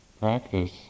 practice